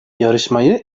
yarışmayı